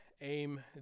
aim